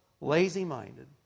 lazy-minded